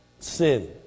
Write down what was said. Sin